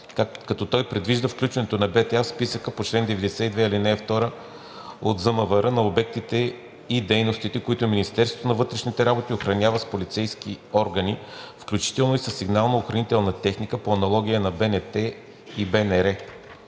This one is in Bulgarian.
като той предвижда включването на БТА в списъка по чл. 92, ал. 2 от ЗМВР на обектите и дейностите, които Министерството на вътрешните работи охранява с полицейски органи, включително и със сигнално-охранителна техника, по аналогия на БНТ и БНР.